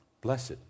blessed